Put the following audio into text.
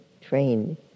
trained